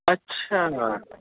अच्छा